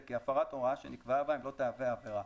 כי הפרת הוראה שנקבעה בהם לא תהווה עבירה".